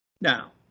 Now